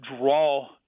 draw